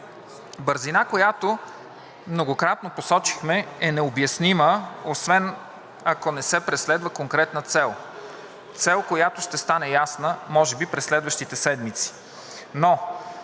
Бързина, която многократно посочихме, е необяснима освен, ако не се преследва конкретна цел – цел, която ще стане ясна може би през следващите седмици.